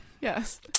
Yes